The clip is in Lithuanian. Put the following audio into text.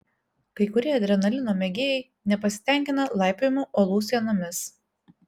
kai kurie adrenalino mėgėjai nepasitenkina laipiojimu uolų sienomis